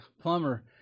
plumber